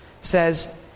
says